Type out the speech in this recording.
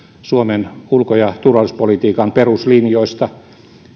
suomen ulko ja turvallisuuspolitiikan peruslinjoista